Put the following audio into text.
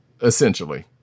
essentially